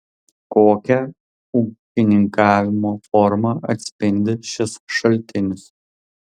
kokią ūkininkavimo formą atspindi šis šaltinis